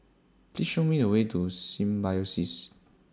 Please Show Me The Way to Symbiosis